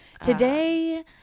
today